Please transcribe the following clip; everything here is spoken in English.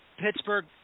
Pittsburgh